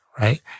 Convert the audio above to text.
right